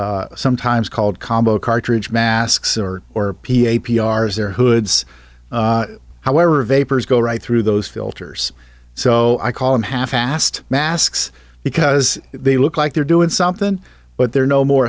are sometimes called combo cartridge masks or or p a p r's their hoods however vapors go right through those filters so i call them half assed masks because they look like they're doing something but they're no more